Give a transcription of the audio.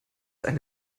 eine